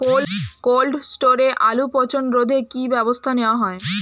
Cold স্টোরে আলুর পচন রোধে কি ব্যবস্থা নেওয়া হয়?